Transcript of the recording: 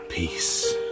Peace